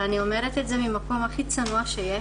ואני אומרת את זה ממקום הכי צנוע שיש,